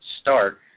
start